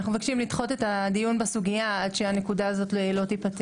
אנחנו מבקשים לדחות את הדיון בסוגייה עד שהנקודה הזאת לא תיפתר.